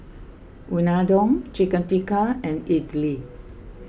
Unadon Chicken Tikka and Idili